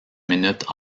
minutes